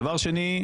דבר שני.